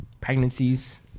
pregnancies